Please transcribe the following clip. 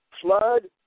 flood